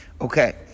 Okay